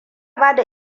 bada